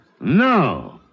No